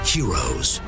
Heroes